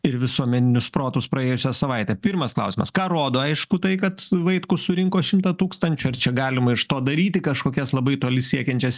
ir visuomeninius protus praėjusią savaitę pirmas klausimas ką rodo aišku tai kad vaitkus surinko šimtą tūkstančių ar čia galima iš to daryti kažkokias labai toli siekiančias